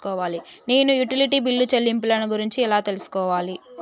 నేను utility bill చెల్లింపులను గురించి ఎలా తెలుసుకోవాలి?